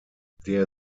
der